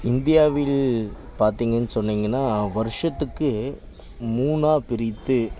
இந்தியாவில் பார்த்தீங்கன் சொன்னீங்கன்னால் வருஷத்துக்கு மூணாக பிரித்து